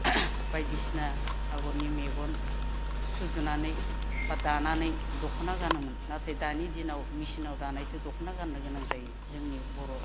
बायदिसिना आगरनि मेगन सुजुनानै बा दानानै दख'ना गानोमोन नाथाय दानि दिनाव मेचिनाव दानायसो दख'ना गाननो गोनां जायो जोंनि बर'